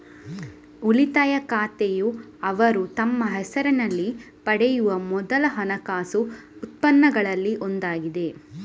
ಉಳಿತಾಯ ಖಾತೆಯುಅವರು ತಮ್ಮ ಹೆಸರಿನಲ್ಲಿ ಪಡೆಯುವ ಮೊದಲ ಹಣಕಾಸು ಉತ್ಪನ್ನಗಳಲ್ಲಿ ಒಂದಾಗಿದೆ